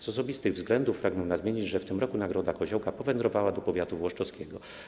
Z osobistych względów pragnę nadmienić, że w tym roku nagroda Koziołka powędrowała do powiatu włoszczowskiego.